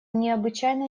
необычайно